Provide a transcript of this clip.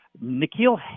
Nikhil